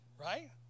Right